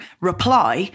reply